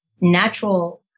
natural